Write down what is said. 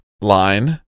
line